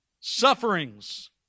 Sufferings